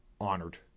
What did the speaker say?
honored